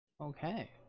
Okay